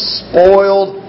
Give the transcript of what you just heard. spoiled